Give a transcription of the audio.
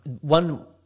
One